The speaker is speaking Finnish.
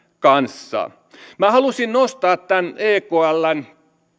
kanssa minä halusin nostaa tämän ekln